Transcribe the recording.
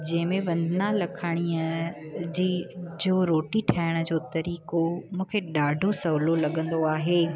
जंहिंमें वंदना लखाणीअ जी जो रोटी ठाहिण जो तरीक़ो मूंखे ॾाढो सहुलो लॻंदो आहे